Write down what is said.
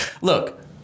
Look